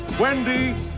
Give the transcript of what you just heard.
Wendy